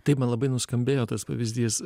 taip man labai nuskambėjo tas pavyzdys